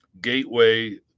Gateway